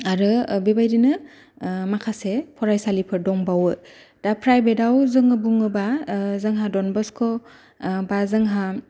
आरो बेबादिनो माखासे फरायसालिफोर दंबावो दा प्राइभेटआव जोङो बुङोबा जोंहा डन बस्क' बा जोंहा